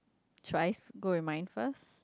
Thrice go with my first